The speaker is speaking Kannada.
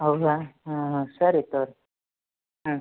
ಹೌದಾ ಹಾಂ ಹಾಂ ಸರಿ ತಗೋರಿ ಹಾಂ